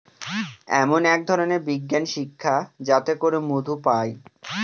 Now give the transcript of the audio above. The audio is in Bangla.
এমন এক ধরনের বিজ্ঞান শিক্ষা যাতে করে মধু পায়